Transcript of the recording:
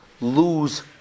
lose